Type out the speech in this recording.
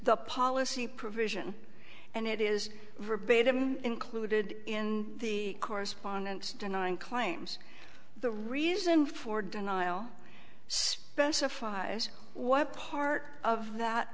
the policy provision and it is verbatim included in the correspondence denying claims the reason for denial specifies what part of that